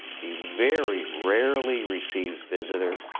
he very rarely receives visitors,